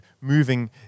moving